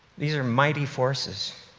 these are mighty forces.